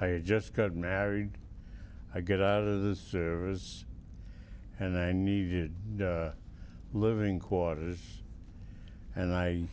i just got married i get out of the service and i needed living quarters and i